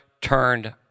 turned